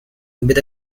with